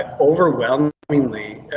ah overwhelmingly,